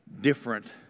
different